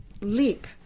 leap